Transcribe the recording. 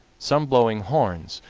some blowing horns,